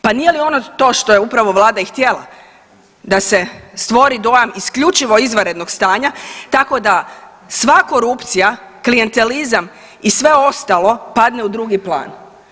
Pa nije li ono to što je upravo vlada i htjela, da se stvori dojam isključivo izvanrednog stanja tako da sva korupcija, klijentelizam i sve ostalo padne u drugi plan.